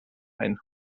ein